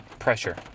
Pressure